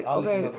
okay